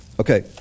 Okay